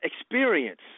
experience